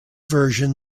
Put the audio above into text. version